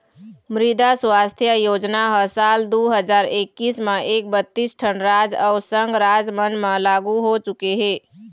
मृदा सुवास्थ योजना ह साल दू हजार एक्कीस तक बत्तीस ठन राज अउ संघ राज मन म लागू हो चुके हे